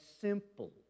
simple